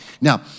Now